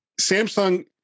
samsung